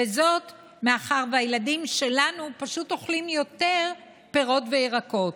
וזאת מאחר שהילדים שלנו פשוט אוכלים יותר פירות וירקות.